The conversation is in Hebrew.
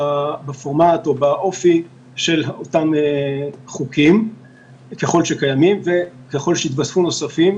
בפורמט של אותם חוקים ככל שקיימים וככל שיתווספו נוספים